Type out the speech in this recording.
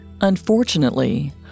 Unfortunately